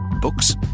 Books